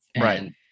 Right